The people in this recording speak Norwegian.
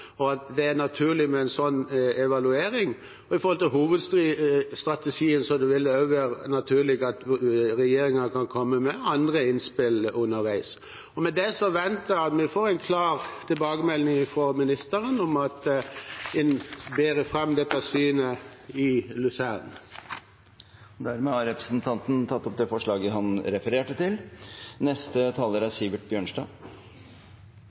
og at det er naturlig med en sånn evaluering. Vedrørende hovedstrategien vil det også være naturlig at regjeringen kan komme med andre innspill underveis. Med dette venter jeg at vi får en klar tilbakemelding fra ministeren om at man bærer fram dette synet i Luzern. Representanten Omland har tatt opp det forslaget han refererte til.